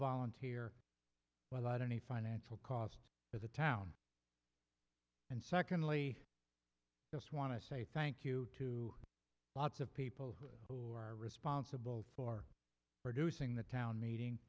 need financial cost as a town and secondly just want to say thank you to lots of people who are responsible for producing the town meeting